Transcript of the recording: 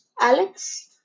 Alex